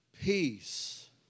peace